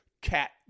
cat –